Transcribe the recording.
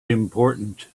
important